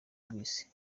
rw’isi